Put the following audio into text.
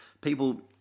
people